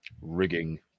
Rigging